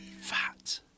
Fat